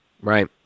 Right